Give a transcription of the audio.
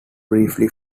briefly